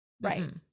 Right